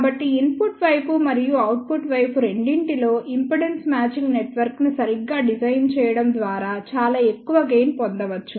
కాబట్టి ఇన్పుట్ వైపు మరియు అవుట్పుట్ వైపు రెండింటిలో ఇంపిడెన్స్ మ్యాచింగ్ నెట్వర్క్ను సరిగ్గా డిజైన్ చేయడం ద్వారా చాలా ఎక్కువ గెయిన్ పొందవచ్చు